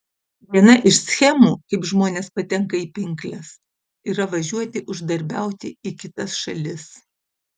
viena iš schemų kaip žmonės patenka į pinkles yra važiuoti uždarbiauti į kitas šalis